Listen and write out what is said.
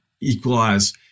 equalize